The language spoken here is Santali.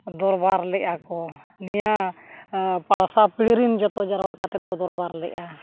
ᱫᱚᱨᱵᱟᱨ ᱞᱮᱫᱟ ᱠᱚ ᱱᱤᱭᱟᱹ ᱯᱟᱲᱥᱟ ᱯᱤᱲᱦᱤ ᱨᱤᱱ ᱡᱚᱛᱚ ᱡᱟᱨᱣᱟ ᱠᱟᱛᱮ ᱠᱚ ᱫᱚᱨᱵᱟᱨ ᱞᱮᱫᱟ